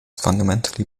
fundamentally